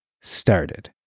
started